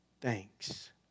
thanks